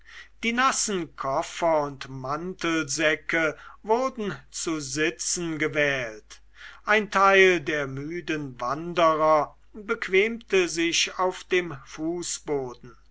die nassen koffer und mantelsäcke wurden zu sitzen gewählt ein teil der müden wandrer bequemte sich auf dem fußboden